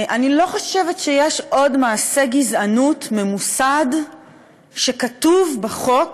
אני לא חושבת שיש עוד מעשה גזענות ממוסד שכתוב בחוק,